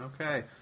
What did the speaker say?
okay